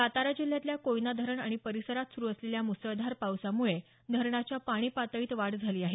सातारा जिल्ह्यातल्या कोयना धरण आणि परिसरात सुरु असलेल्या मुसळधार पावसामुळे धरणाच्या पाणी पातळीत वाढ झाली आहे